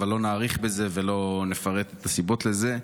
אבל לא נאריך בזה ולא נפרט את הסיבות לזה.